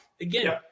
again